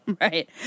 Right